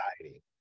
anxiety